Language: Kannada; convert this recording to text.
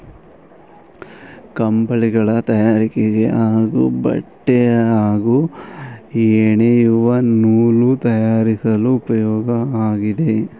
ಕಂಬಳಿಗಳ ತಯಾರಿಕೆಗೆ ಹಾಗೂ ಬಟ್ಟೆ ಹಾಗೂ ಹೆಣೆಯುವ ನೂಲು ತಯಾರಿಸಲು ಉಪ್ಯೋಗ ಆಗಿದೆ